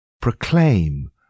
Proclaim